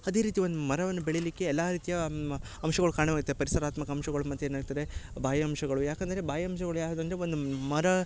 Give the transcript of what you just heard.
ಅದೇ ರೀತಿ ಒಂದು ಮರವನ್ನ ಬೆಳಿಲಿಕ್ಕೆ ಎಲ್ಲಾ ರೀತಿಯ ಅಂಶಗಳು ಕಾರಣವಾಗಿರುತ್ತವೆ ಪರಿಸರಾತ್ಮಕ ಅಂಶಗಳು ಮತ್ತೇನು ಇರ್ತದೆ ಬಾಹ್ಯಾಂಶಗಳು ಯಾಕಂದರೆ ಬಾಹ್ಯಾಂಶಗಳು ಯಾವ್ದು ಅಂದರೆ ಒಂದು ಮರ